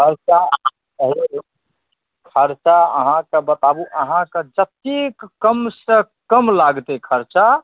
खर्चा अहाँकेँ बताबु अहाँकेँ जतेक कमसँ कम लागतै खर्चा